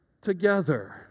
together